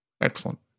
Excellent